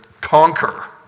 conquer